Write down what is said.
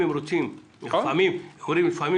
חודש, אחרי חודש